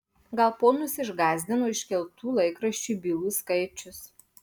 gal ponus išgąsdino iškeltų laikraščiui bylų skaičius